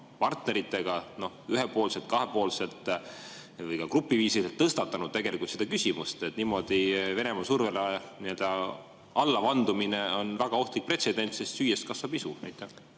partneritega ühepoolselt, kahepoolselt või ka grupiviisiliselt tõstatanud selle küsimuse, et niimoodi Venemaa survele allavandumine on väga ohtlik pretsedent, sest süües kasvab isu?